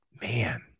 Man